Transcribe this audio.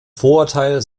vorurteil